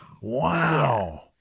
Wow